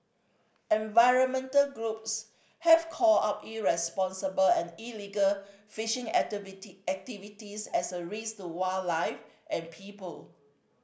environmental groups have called out irresponsible and illegal fishing activities as a risk to wildlife and people